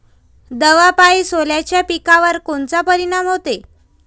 दवापायी सोल्याच्या पिकावर कोनचा परिनाम व्हते?